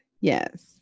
yes